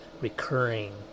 recurring